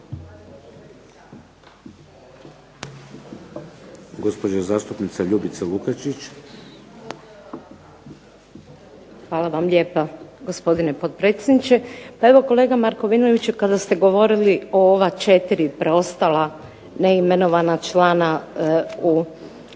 Hvala vam lijepa gospodine potpredsjedniče. Pa evo kolega Markovinoviću kada ste govorili o ova 4 preostala neimenovana člana programskog